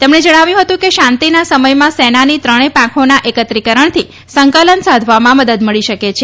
તેમણે જણાવ્યું હતું કે શાંતિના સમયમાં સેનાની ત્રણે પાંખોના એકત્રીકરણથી સંકલન સાધવામાં મદદ મળી શકે છે